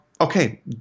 okay